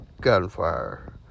gunfire